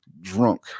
drunk